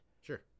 Sure